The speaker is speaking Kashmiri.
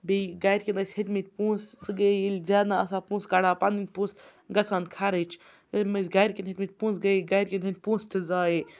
بیٚیہِ گَرکٮ۪ن ٲسۍ ہیٚتۍمٕتۍ پونٛسہٕ سُہ گٔیے ییٚلہِ زینان آسہٕ ہا پونٛسہٕ کَڑٕہا پَنٕنۍ پونٛسہٕ گَژھٕ ہَن خرچ اے مےٚ ٲسۍ گَرکٮ۪ن ہیٚتۍٕمتۍ پونٛسہٕ گٔیے گرکٮ۪ن ہِنٛدۍ پونٛسہٕ تہِ ضایعے